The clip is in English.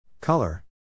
Color